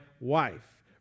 wife